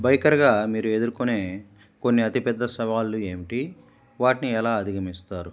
బైకర్గా మీరు ఎదుర్కొనే కొన్ని అతిపెద్ద సవాళ్లుు ఏమిటి వాటిని ఎలా అధిగమిస్తారు